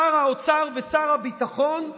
שר האוצר ושר הביטחון,